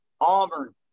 Auburn